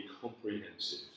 comprehensive